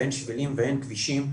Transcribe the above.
ואין שבילים ואין כבישים,